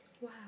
Wow